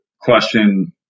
question